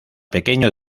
pequeño